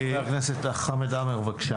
חבר הכנסת חמד עמאר, בבקשה.